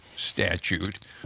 statute